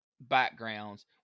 backgrounds